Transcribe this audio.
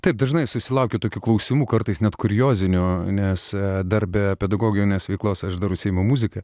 taip dažnai susilaukiu tokių klausimų kartais net kuriozinio nes dar be pedagoginės veiklos aš dar užsiimu muzika